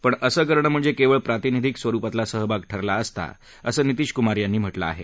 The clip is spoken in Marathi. पण असं करणं म्हणजे केवळ प्रातिनिधिक स्वरुपातला सहभाग ठरला असता असं नितीष कुमार यांनी म्हटलं आहे